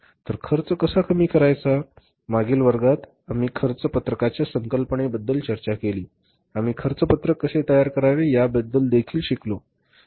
तर खर्च कसा कमी करायचा मागील वर्गात आम्ही खर्च पत्रकाच्या संकल्पनेबद्दल चर्चा केली आम्ही खर्च पत्रक कसे तयार करावे याबद्दल देखील शिकलो बरोबर